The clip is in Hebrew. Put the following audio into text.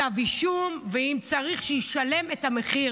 כתב אישום, ואם צריך, שישלם את המחיר.